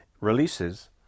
releases